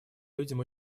людям